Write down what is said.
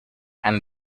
and